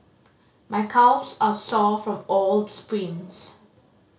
my calves are sore from all the sprints